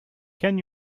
can